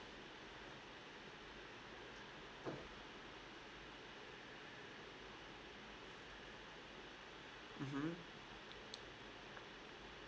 mmhmm